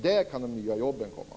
Där kan de nya jobben komma.